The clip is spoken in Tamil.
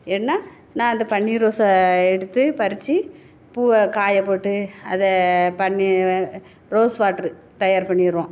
ஏன்னால் நான் அந்த பன்னீர் ரோஸை எடுத்து பறித்து பூவை காயப்போட்டு அதை பன்னீர் ரோஸ் வாட்ரு தயார் பண்ணிடுறோம்